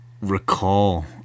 recall